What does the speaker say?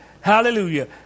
Hallelujah